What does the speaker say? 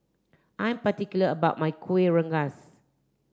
I am particular about my Kuih Rengas